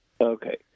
Okay